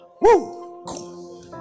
Woo